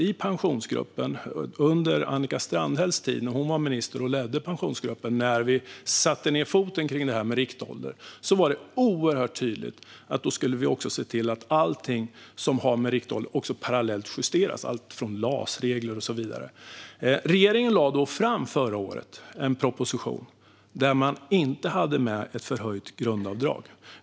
I Pensionsgruppen, under tiden Annika Strandhäll var minister och ledde Pensionsgruppen, satte vi nämligen ned foten i fråga om det här med riktålder. Det var oerhört tydligt att allt som har med riktålder att göra, alltifrån LAS-regler och så vidare, skulle justeras parallellt. Men förra året lade regeringen fram en proposition där man inte hade med ett förhöjt grundavdrag.